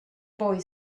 boy